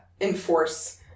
enforce